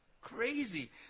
Crazy